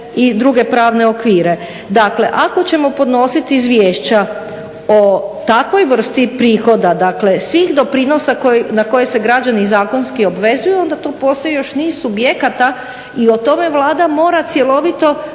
i druge pravne okvire. Dakle, ako ćemo podnositi izvješća o takvoj vrsti prihoda svih doprinosa na koje se građani i zakonski obvezuju onda tu postoji još niz subjekata i o tome Vlada mora cjelovito